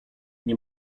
nie